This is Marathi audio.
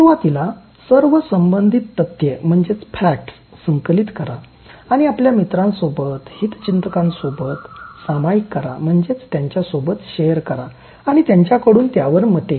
सुरवातीला सर्व संबंधित तथ्ये संकलित करा आणि आपल्या मित्रांसोबत हितचिंतकांसोबत सामायिक करा आणि त्यांच्याकडून त्यावर मते घ्या